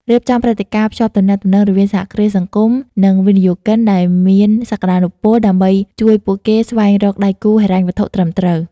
រៀបចំព្រឹត្តិការណ៍ភ្ជាប់ទំនាក់ទំនងរវាងសហគ្រាសសង្គម និងវិនិយោគិនដែលមានសក្តានុពល ដើម្បីជួយពួកគេស្វែងរកដៃគូហិរញ្ញវត្ថុត្រឹមត្រូវ ។